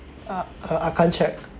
uh uh I can't check